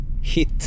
hit